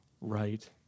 right